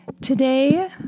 today